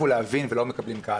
ולא מקבלים קהל,